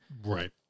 Right